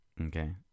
okay